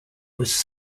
was